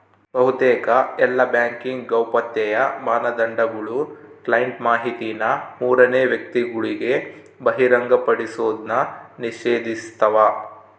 ಬಹುತೇಕ ಎಲ್ಲಾ ಬ್ಯಾಂಕಿಂಗ್ ಗೌಪ್ಯತೆಯ ಮಾನದಂಡಗುಳು ಕ್ಲೈಂಟ್ ಮಾಹಿತಿನ ಮೂರನೇ ವ್ಯಕ್ತಿಗುಳಿಗೆ ಬಹಿರಂಗಪಡಿಸೋದ್ನ ನಿಷೇಧಿಸ್ತವ